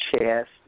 chest